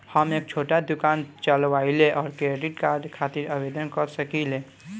हम एक छोटा दुकान चलवइले और क्रेडिट कार्ड खातिर आवेदन कर सकिले?